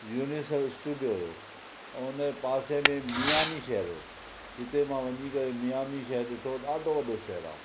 यूनेसर studio हुओ ऐं हुनजे पासे में मिआमी शहर हुओ जिते मां वञी करे मिआमी शहर ॾिठो ॾाढो वॾो शहर आहे